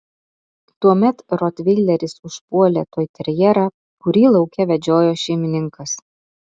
tuomet rotveileris užpuolė toiterjerą kurį lauke vedžiojo šeimininkas